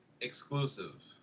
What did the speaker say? exclusive